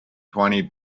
twenty